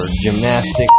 gymnastics